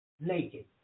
naked